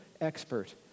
expert